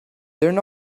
they